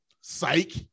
Psych